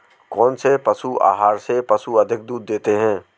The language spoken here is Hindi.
कौनसे पशु आहार से पशु अधिक दूध देते हैं?